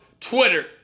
Twitter